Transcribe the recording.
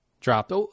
Dropped